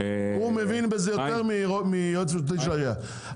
הוא מבין בזה יותר מיועץ משפטי של העירייה.